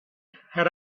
had